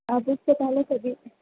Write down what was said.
آپ اِس سے پہلے کبھی